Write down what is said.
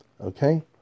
okay